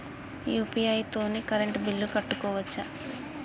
UPI తోని current bill కట్టుకోవచ్ఛా?